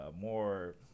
more